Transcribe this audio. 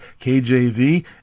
KJV